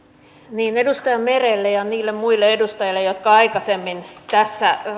edustaja merelle ja niille muille edustajille jotka aikaisemmin tässä